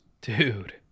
dude